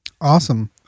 Awesome